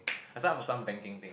I sign up for some banking thing